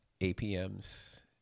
APMs